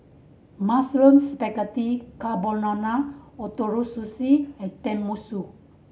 Mushroom Spaghetti Carbonara Ootoro Sushi and Tenmusu